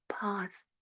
path